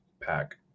pack